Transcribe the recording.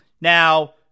Now